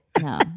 No